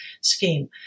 scheme